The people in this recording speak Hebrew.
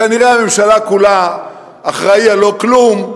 כנראה הממשלה כולה אחראית על לא כלום,